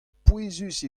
pouezus